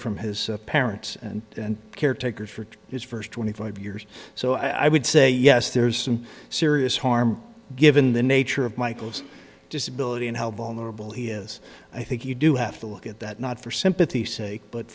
from his parents and caretakers for his first twenty five years so i would say yes there's some serious harm given the nature of michael's disability and how vulnerable he is i think you do have to look at that not for sympathy sake but